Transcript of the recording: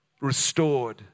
restored